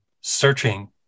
searching